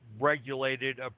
regulated